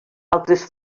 altres